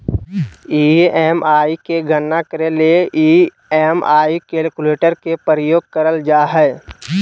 EMI के गणना करे ले ई.एम.आई कैलकुलेटर के प्रयोग करल जा हय